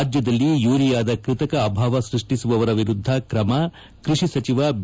ರಾಜ್ಯದಲ್ಲಿ ಯೂರಿಯಾದ ಕೃತಕ ಅಭಾವ ಸೃಷ್ತಿಸುವವರ ವಿರುದ್ದ ಕ್ರಮ ಕೃಷಿ ಸಚಿವ ಬಿ